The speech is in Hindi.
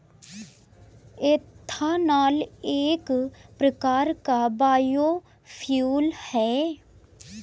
एथानॉल एक प्रकार का बायोफ्यूल है